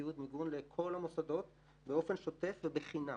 ציוד מיגון לכל המוסדות באופן שוטף ובחינם.